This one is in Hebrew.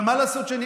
אבל מה לעשות שאני,